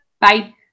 Bye